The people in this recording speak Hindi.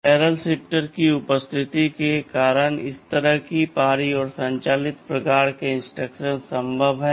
बैरल शिफ्टर की उपस्थिति के कारण इस तरह की पारी और संचालित प्रकार के इंस्ट्रक्शन संभव हैं